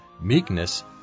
meekness